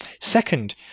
Second